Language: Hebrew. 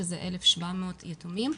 שזה 1,700 יתומים,